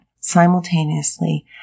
simultaneously